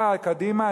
באה קדימה,